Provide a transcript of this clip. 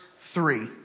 three